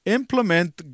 implement